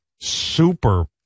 super